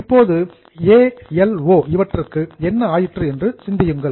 இப்போது A L O இவற்றுக்கு என்னவாயிற்று என்று சிந்தியுங்கள்